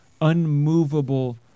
unmovable